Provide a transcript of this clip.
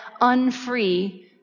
unfree